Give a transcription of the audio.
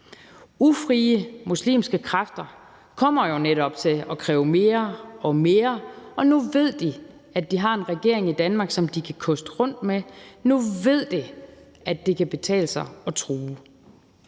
Ufrie muslimske kræfter kommer jo netop til at kræve mere og mere, og nu ved de, at de har en regering i Danmark, som de kan koste rundt med; nu ved de, at det kan betale sig at true.